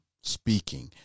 speaking